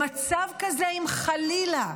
במצב כזה, אם חלילה,